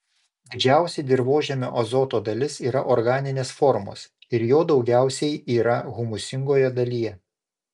didžiausia dirvožemio azoto dalis yra organinės formos ir jo daugiausiai yra humusingoje dalyje